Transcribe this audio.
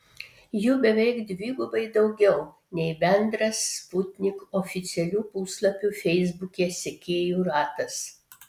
jų beveik dvigubai daugiau nei bendras sputnik oficialių puslapių feisbuke sekėjų ratas